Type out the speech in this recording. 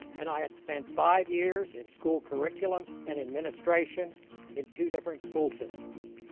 and i had spent five years in school curriculum and administration in two different school systems.